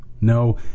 No